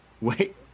Wait